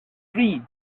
tree